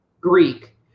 greek